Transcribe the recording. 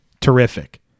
terrific